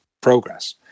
progress